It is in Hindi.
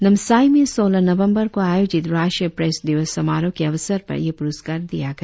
नामसाई में सोलह नवंबर को आयोजित राष्ट्रीय प्रेस दिवस समारोह के अवसर पर यह पुरस्कार दिया गया